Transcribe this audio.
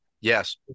Yes